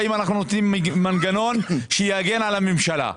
אנחנו נותנים מנגנון שיגן על הממשלה,